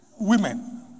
women